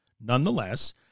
Nonetheless